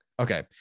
Okay